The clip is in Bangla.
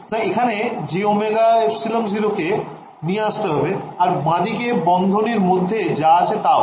না এখানে jωε0 কে নিয়ে আসতে হবে আর বাঁদিকে বন্ধনীর মধ্যে যা আছে তাও